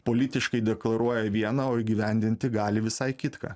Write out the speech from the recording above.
politiškai deklaruoja vieną o įgyvendinti gali visai kitką